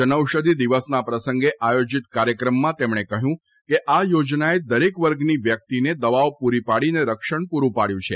જનઔષધિ દિવસના પ્રસંગે આયોજીત કાર્યક્રમમાં તેમણે કહ્યું કે આ યોજનાએ દરેક વર્ગની વ્યક્તિને દવાઓ પૂરી પાડીને રક્ષણ પુરૂં પાડયું છે